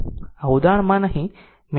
આ ઉદાહરણ માં નહિ